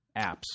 apps